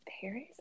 Paris